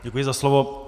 Děkuji za slovo.